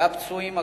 והפצועים הכואבים.